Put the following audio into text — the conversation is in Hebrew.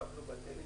דפקנו בדלת,